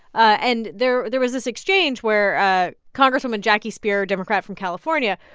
and there there was this exchange where ah congresswoman jackie speier, a democrat from california,